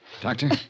Doctor